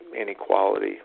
inequality